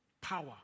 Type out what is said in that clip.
Power